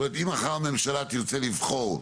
זאת אומרת אם מחר הממשלה תרצה לבחור,